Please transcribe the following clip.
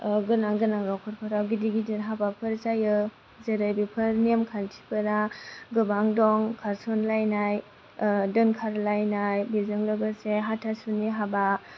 गोनां गोनां न'खरफोराव गिदिर गिदिर हाबाफोर जायो जेरै बेफोर नेमथान्थिफोरा गोबां दं खारसनलायनाय दोनखारलायनाय बेजों लोगोसे हाथासुनि हाबा